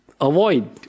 avoid